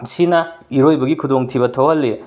ꯁꯤꯅ ꯏꯔꯣꯏꯕꯒꯤ ꯈꯨꯗꯣꯡ ꯊꯤꯕ ꯊꯣꯛꯍꯜꯂꯤ